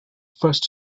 first